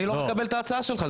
אני לא מקבל את ההצעה שלך.